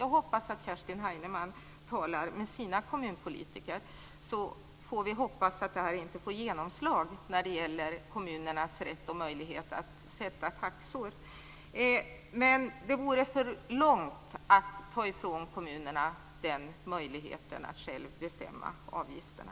Jag hoppas att Kerstin Heinemann talar med sina kommunpolitiker, så får vi hoppas att det inte får genomslag när det gäller kommunernas rätt och möjlighet att sätta taxor. Det vore att gå för långt att ta ifrån kommunerna möjligheten att själva bestämma avgifterna.